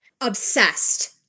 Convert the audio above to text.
Obsessed